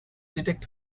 detect